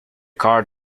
car